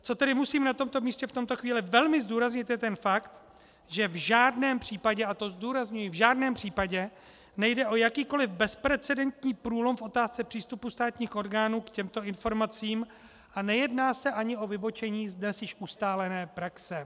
Co tedy musím na tomto místě v tuto chvíli velmi zdůraznit, je fakt, že v žádném případě, a to zdůrazňuji, v žádném případě nejde o jakýkoliv bezprecedentní průlom v otázce přístupu státních orgánů k těmto informacím a nejedná se ani o vybočení z dnes již ustálené praxe.